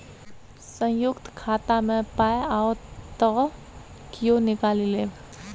संयुक्त खाता मे पाय आओत त कियो निकालि लेब